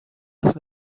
است